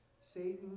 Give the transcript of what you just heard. Satan